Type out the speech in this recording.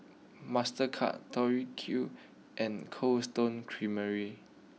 Mastercard Tori Q and Cold Stone Creamery